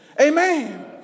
Amen